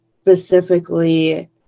specifically